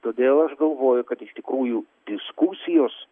todėl aš galvoju kad iš tikrųjų diskusijos